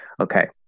Okay